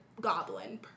goblin